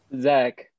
Zach